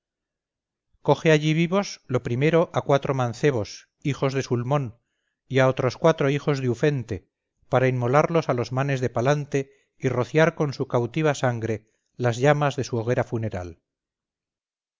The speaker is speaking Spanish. coge allí vivos lo primero a cuatro mancebos hijos de sulmón y a otros cuatro hijos de ufente para inmolarlos a los manes de palante y rociar con su cautiva sangre las llamas de su hoguera funeral